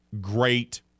Great